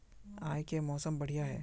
आय के मौसम बढ़िया है?